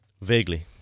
Vaguely